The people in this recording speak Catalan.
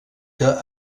que